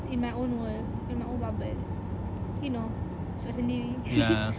in my own world in my own bubble you know shiok sendiri